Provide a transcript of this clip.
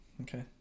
Okay